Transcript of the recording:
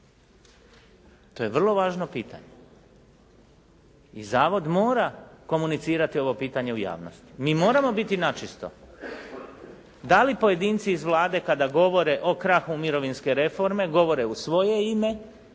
To je vrlo važno pitanje. I zavod mora komunicirati ovo pitanje u javnost, mi moramo biti na čisto. Da li pojedinci iz Vlade kada govore o krahu mirovinske reforme govore u svoje ime